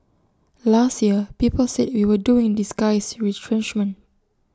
last year people said we were doing disguised retrenchment